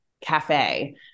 cafe